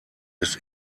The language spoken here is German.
ist